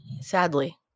sadly